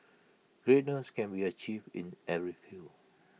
greatness can be achieved in every field